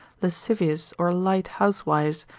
lascivious or light housewives,